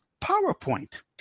PowerPoint